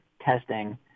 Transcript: testing